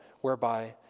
whereby